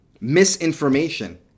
misinformation